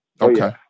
Okay